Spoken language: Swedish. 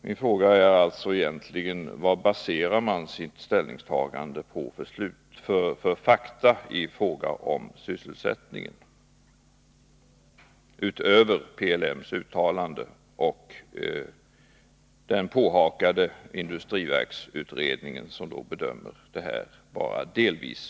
Min fråga är alltså egentligen: Vad baserar man sitt ställningstagande på för fakta i fråga om sysselsättningen utöver PLM:s uttalande och den påhakade industriverksutredningen, som bedömer detta bara delvis?